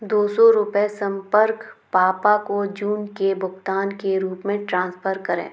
दो सौ रुपये सम्पर्क पापा को जून के भुगतान के रूप में ट्रांसफ़र करें